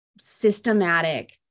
systematic